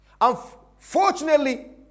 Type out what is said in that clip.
unfortunately